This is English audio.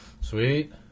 Sweet